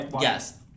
Yes